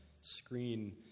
screen